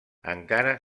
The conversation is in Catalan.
encara